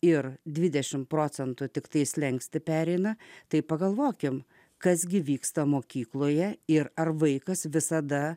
ir dvidešimt procentų tiktai slenkstį pereina tai pagalvokime kas gi vyksta mokykloje ir ar vaikas visada